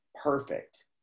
perfect